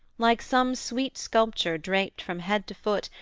like some sweet sculpture draped from head to foot,